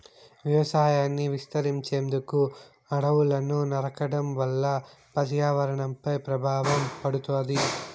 వ్యవసాయాన్ని విస్తరించేందుకు అడవులను నరకడం వల్ల పర్యావరణంపై ప్రభావం పడుతాది